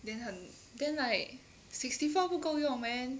then 很 then like sixty four 不够用 man